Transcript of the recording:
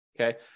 Okay